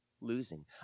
losing